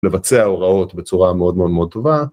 לבצע הוראות בצורה מאוד מאוד מאוד טובה.